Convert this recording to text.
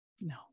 no